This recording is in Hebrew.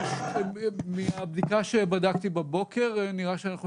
מהבדיקה שבדקתי בבוקר נראה שאנחנו